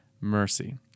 mercy